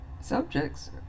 subjects